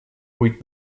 read